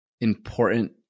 important